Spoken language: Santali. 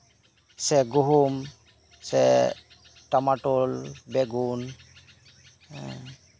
ᱥᱮ ᱜᱩᱦᱩᱢ ᱥᱮ ᱴᱟᱢᱟᱴᱳᱞ ᱵᱮᱜᱩᱱ ᱦᱮᱸ